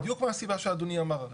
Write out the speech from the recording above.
בדיוק מהסיבה שאדוני אמר.